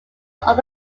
other